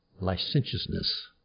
licentiousness